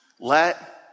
Let